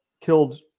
killed